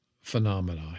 phenomena